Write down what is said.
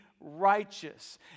righteous